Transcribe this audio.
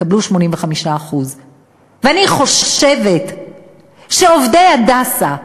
יקבלו 85%. אני חושבת שעובדי "הדסה"